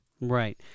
Right